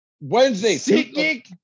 Wednesday